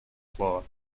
слова